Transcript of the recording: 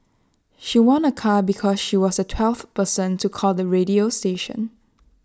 she won A car because she was the twelfth person to call the radio station